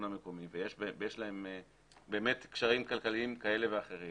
המקומי ויש להם באמת קשרים כלכליים כאלה ואחרים